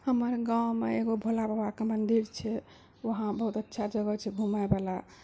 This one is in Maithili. हमर गाँवमे एगो भोला बाबाके मन्दिर छै वहाँ बहुत अच्छा जगह छै घुमैवला